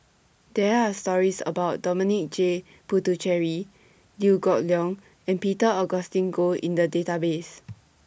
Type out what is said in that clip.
There Are stories about Dominic J Puthucheary Liew Geok Leong and Peter Augustine Goh in The Database